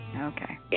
Okay